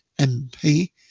MP